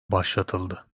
başlatıldı